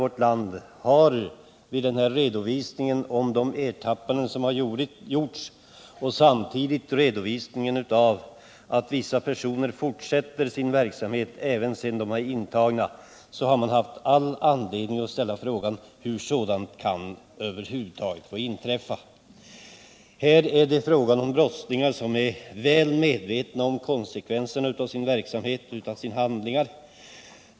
Mot bakgrund av vad som redovisats, när det gäller de ertappanden som gjorts liksom att det redovisats att vissa personer fortsätter sin verksamhet även sedan de blivit intagna, har otaliga människor i vårt land all anledning att fråga sig hur sådant över huvud taget kan få inträffa. Det är här fråga om brottslingar som är väl medvetna om konsekvenserna av sin verksamhet och av sina handlingar.